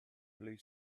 blue